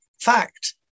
fact